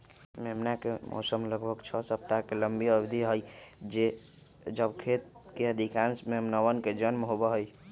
मेमना के मौसम लगभग छह सप्ताह के लंबी अवधि हई जब खेत के अधिकांश मेमनवन के जन्म होबा हई